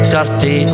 Dirty